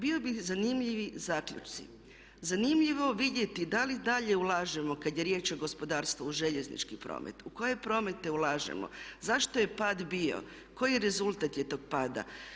Bili bi zanimljivi zaključci, zanimljivo vidjeti da li dalje ulažemo kada je riječ o gospodarstvu u željeznički promet, u koje promete ulažemo, zašto je pad bio, koji rezultat je tog pada.